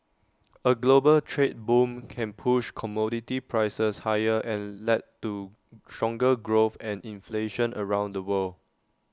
A global trade boom can push commodity prices higher and led to stronger growth and inflation around the world